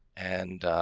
and,